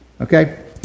okay